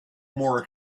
more